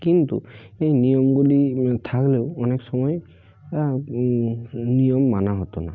কিন্তু এই নিয়মগুলি থাকলেও অনেক সময় হ্যাঁ নিয়ম মানা হতো না